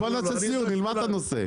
נעשה סיור ונלמד את הנושא.